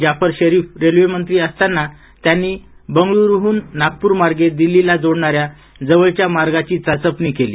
जाफर शरिफरेल्वेमंत्री असताना त्यांनी बंगळूरू हून नागपूर मार्गे दिल्लीला जोडणार्या जवळच्या मार्गाची चाचपणी केली